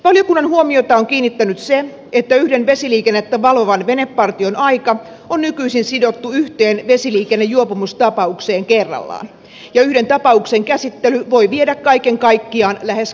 valiokunnan huomiota on kiinnittänyt se että yhden vesiliikennettä valvovan venepartion aika on nykyisin sidottu yhteen vesiliikennejuopumustapaukseen kerrallaan ja yhden tapauksen käsittely voi viedä kaiken kaikkiaan lähes kaksi tuntia